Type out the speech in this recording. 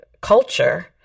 culture